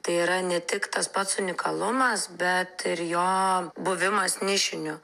tai yra ne tik tas pats unikalumas bet ir jo buvimas nišiniu